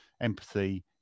empathy